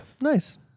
Nice